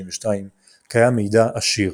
ב-1492 קיים מידע עשיר,